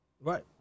Right